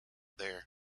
there